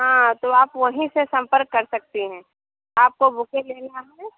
हाँ तो आप वहीं से संपर्क कर सकती है आपको बुके लेना है